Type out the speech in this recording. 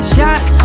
Shot